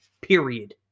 period